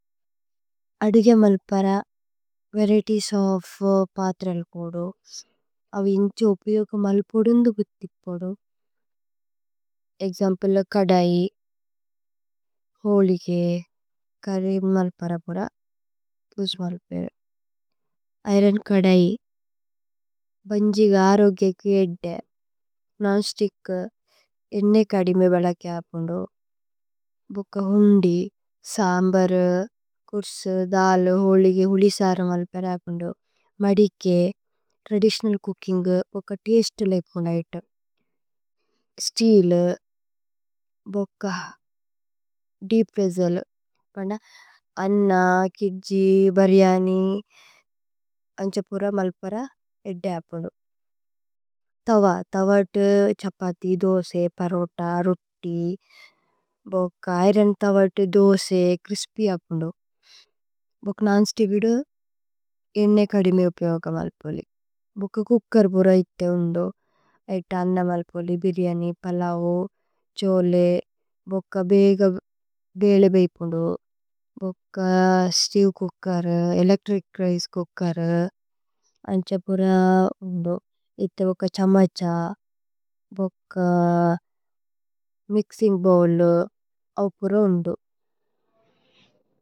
അദുഗേ മല്പര varieties of പാത്രേലേ പോദു। അവി ഇന്ഛി ഉപിയോകു മല്പോദു ഉന്ദു ഗുത്തി പോദു। ഏക്ജമ്പേലേ കദൈ ഹോലിഗേ കരിനേ മല്പരപുര। പ്ലുസ് മല്പേരേ അയ്രന് കദൈ ബന്ജിഗ അരോഗ്യകു। ഏദ്ദേ നോന് സ്തിച്ക് ഏന്നേ കദിമേ ബലകേ അപുദു ബോക। ഹുന്ദി, സമ്ബരു, കുര്സു, ദലു, ഹോലിഗേ, ഹുലിസാരു। മല്പര അപുദു മദികേ ത്രദിതിഓനല് ചൂകിന്ഗ്। ബോക തസ്തേലേ ഇപ്പുന് ഇതേമ് സ്തീലു। ബോക, ദീപ് വേസ്സേലു, അന്ന, കിദ്ജി, ബിര്യനി। അന്ജപുര മല്പര ഏദ്ദേ അപുദു തവ, തവത്। ഛപതി, ദോസേ, പരോത, രോത്തി, ബോക അയ്രന്। തവത്, ദോസേ, ച്രിസ്പ്യ് അപുദു, ബോക നോന് സ്തിച്ക്। ഏദ്ദു ഏന്നേ കദിമേ ഉപിയോഗ മല്പോലി ബോക। ചൂകേര് ബുര ഇദ്ദേ ഉന്ദു ഐത അന്ന മല്പോലി। ബിര്യനി പലൌ ഛോലേ ബോക ബേഗ ബേലേബേ। ഇപ്പുന്ദു ബോക steel cooker electric rice. Cooker അന്ജപുര് ഉന്ദു ഏതേ ബോക ഛമഛ। ബോക മിക്സിന്ഗ് ബോവ്ലു ഔപുര ഉന്ദു।